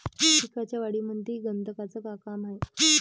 पिकाच्या वाढीमंदी गंधकाचं का काम हाये?